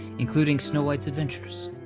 including snow white's adventures.